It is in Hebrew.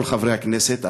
כל חברי הכנסת,